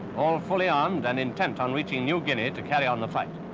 all fully armed, and intent on reaching new guinea to carry on the fight.